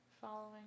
following